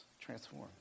transform